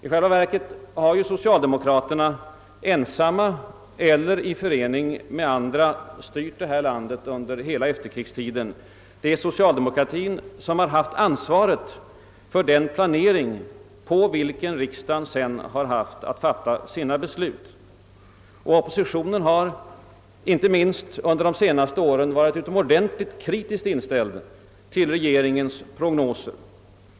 I själva verket har socialdemokraterna ensamma eller i förening med andra styrt detta land under hela efterkrigstiden. Det är socialdemokratien som har haft ansvaret för den planering, på grundval av vilken riksdagen sedan har haft att fatta sina beslut. Oppositionen har, inte minst under de senaste åren, varit utomordentligt kritiskt inställd mot regeringens prognoser.